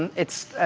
and it's